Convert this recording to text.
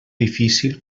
difícil